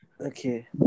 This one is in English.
Okay